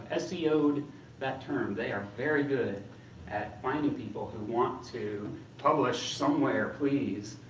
ah seo'd that term, they are very good at finding people who want to publish somewhere please,